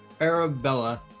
Arabella